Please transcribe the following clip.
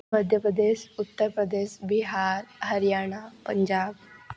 Madhya Pradesh Uttar Pradesh Bihar Haryana Punjab